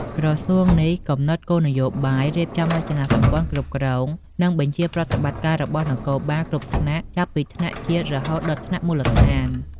ក្រសួងនេះកំណត់គោលនយោបាយ រៀបចំរចនាសម្ព័ន្ធគ្រប់គ្រង និងបញ្ជាប្រតិបត្តិការរបស់នគរបាលគ្រប់ថ្នាក់ ចាប់ពីថ្នាក់ជាតិរហូតដល់មូលដ្ឋាន។